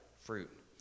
fruit